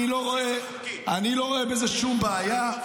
אני לא רואה בזה שום בעיה.